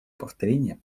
повторения